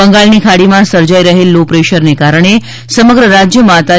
બંગાળની ખાડીમાં સર્જાઇ રહેલ લો પ્રેશરને કરાણે સમગ્ર રાજયમાં તા